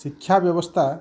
ଶିକ୍ଷା ବ୍ୟବସ୍ଥା